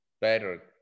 better